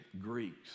Greeks